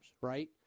right